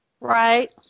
Right